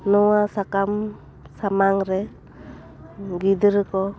ᱱᱚᱣᱟ ᱥᱟᱠᱟᱢ ᱥᱟᱢᱟᱝ ᱨᱮ ᱜᱤᱫᱽᱨᱟᱹ ᱠᱚ